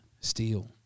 steal